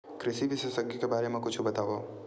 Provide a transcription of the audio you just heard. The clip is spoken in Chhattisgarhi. कृषि विशेषज्ञ के बारे मा कुछु बतावव?